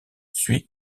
suit